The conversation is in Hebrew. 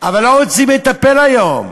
אבל לא רוצים לטפל היום.